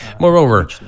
Moreover